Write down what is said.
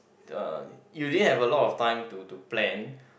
uh you didn't have a lot of time to to plan